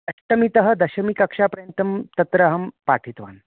अष्टमीतः दशमिकक्षापर्यन्तं तत्राहं पाठितवान्